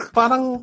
parang